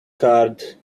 card